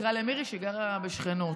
שיקרא למירי שגרה בשכנות.